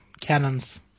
cannons